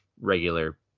regular